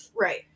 Right